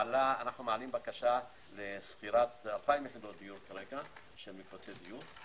מעלים בקשה לשכירת 2,000 יחדות דיור של מקבצי דיור.